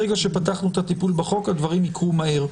ברגע שפתחנו את הטיפול בחוק הדברים יקרו מהר.